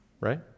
right